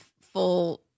full